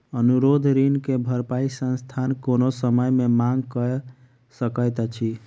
अनुरोध ऋण के भरपाई संस्थान कोनो समय मे मांग कय सकैत अछि